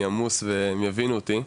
אני עמוס והם יבינו אותי.